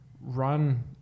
run